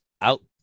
out